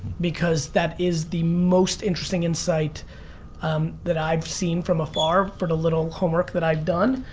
because that is the most interesting insight um that i've seen from afar for the little homework that i've done.